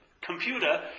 computer